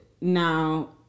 Now